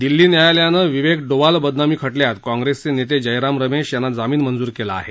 दिल्ली न्यायालयानं विवेक डोवाल बदनामी खटल्यात काँग्रेसचे नेते जयराम रमेश यांना जामीन मंजूर केला आहे